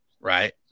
Right